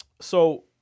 So-